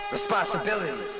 Responsibility